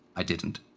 i didn't.